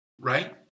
right